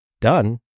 Done